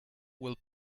will